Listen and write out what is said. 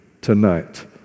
tonight